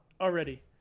already